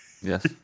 Yes